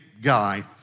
guy